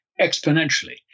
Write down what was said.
exponentially